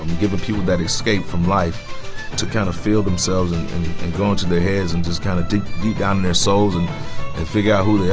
um giving people that escape from life to kind of feel themselves and go into their heads and just kind of dig deep down in their souls and and figure out who yeah